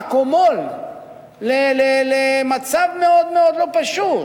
אקמול למצב מאוד מאוד לא פשוט.